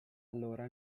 allora